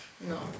No